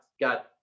got